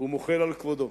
ומוחל על כבודו.